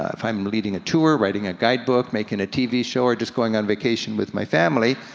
ah if i'm leading a tour, writing a guide book, making a tv show or just going on vacation with my family,